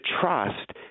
trust